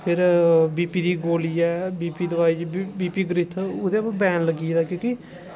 फिर बीपी दी गोली ऐ बीपी ब्रिथ ओह्दे पर बैन लग्गी दा की के